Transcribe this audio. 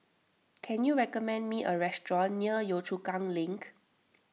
can you recommend me a restaurant near Yio Chu Kang Link